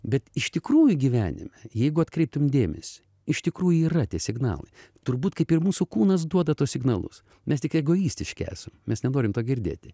bet iš tikrųjų gyvenime jeigu atkreiptum dėmesį iš tikrųjų yra tie signalai turbūt kaip ir mūsų kūnas duoda tuos signalus mes tik egoistiški esam mes nenorim to girdėti